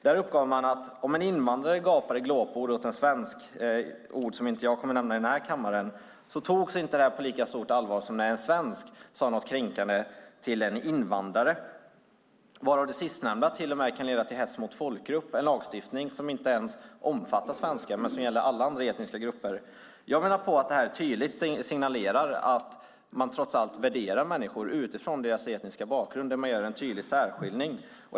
Där uppgav man att om en invandrare gapade glåpord åt en svensk - ord som jag inte kommer att nämna i den här kammaren - togs inte det på lika stort allvar som när en svensk sade något kränkande till en invandrare. Det sistnämnda kan till och med leda till hets mot folkgrupp. Det är en lagstiftning som inte ens omfattar svenskar men som gäller alla andra etniska grupper. Jag menar att detta tydligt signalerar att man trots allt värderar människor utifrån deras etniska bakgrund och gör en tydlig särskiljning.